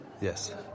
yes